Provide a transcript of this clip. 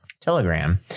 Telegram